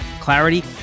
clarity